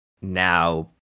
now